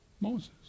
Moses